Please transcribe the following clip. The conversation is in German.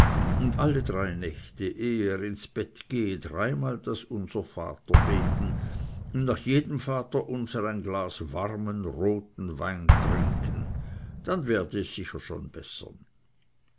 und alle drei nächte ehe er ins bett gehe dreimal das unser vater beten und nach jedem vaterunser ein glas warmen roten wein trinken dann werde es sicher schon bessern